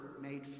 made